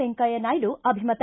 ವೆಂಕಯ್ದ ನಾಯ್ದು ಅಭಿಮತ